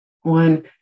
One